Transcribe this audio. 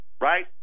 right